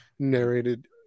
narrated